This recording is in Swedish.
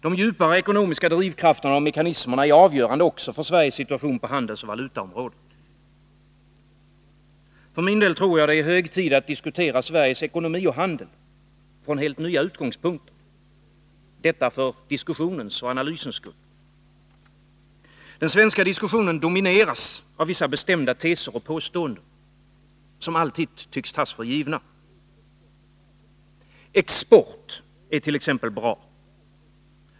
De djupare ekonomiska drivkrafterna och mekanismerna är avgörande också för Sveriges situation på handelsoch valutaområdet. För min del tror jag det är hög tid att diskutera Sveriges ekonomi och handel från helt nya utgångspunkter, detta för diskussionens och analysens skull. Den svenska diskussionen domineras av vissa bestämda teser och påståenden, som alltid tycks tas för givna. Export är t.ex. bra.